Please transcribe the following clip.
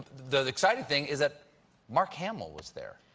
the exciting thing is that mark hamill was there.